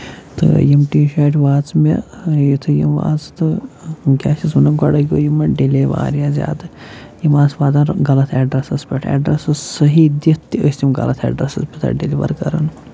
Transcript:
تہٕ یِم ٹی شارٹہِ واژٕ مےٚ یِتھُے یِم واژٕ تہٕ کیٛاہ چھِس وَنان گۄڈٕے گوٚو یِمَن ڈِلے واریاہ زیادٕ یِم آسہٕ واتان غلط ایڈرَسس پٮ۪ٹھ ایڈرَس اوس صحیح دِتھ تہِ ٲسۍ تِم غلط ایڈرَسس ٲسۍ تِم پَتہٕ ڈیلِوَر کَران